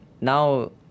now